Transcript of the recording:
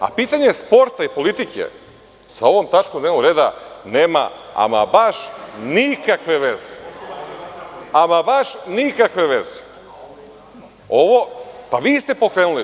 Pitanje sporta i politike sa ovom tačkom dnevnog reda nema ama baš nikakve veze. (Zoran Babić, sa mesta: A ovo ima?) Ovo, pa vi ste pokrenuli to.